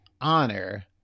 Honor